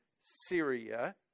Syria